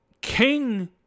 King